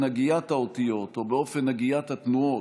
הגיית האותיות או באופן הגיית התנועות,